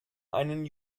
einen